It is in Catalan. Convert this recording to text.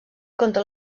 contra